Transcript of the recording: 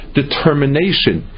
determination